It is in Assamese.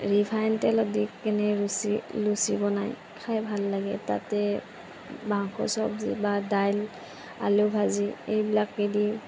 ৰিফাইন তেলত দি কেনি লুচি লুচি বনাই খাই ভাল লাগে তাতে মাংস চবজী বা দাইল আলু ভাজি এইবিলাকে দি